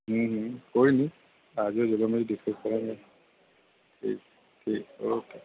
ਕੋਈ ਨਹੀਂ ਆ ਜਾਇਓ ਜਦੋਂ ਮਰਜੀ ਡਿਸਕਸ ਕਰਾਂਗੇ ਠੀਕ ਠੀਕ ਓਕੇ